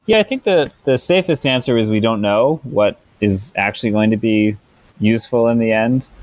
yeah i think the the safest answer is we don't know what is actually going to be useful in the end.